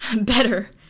better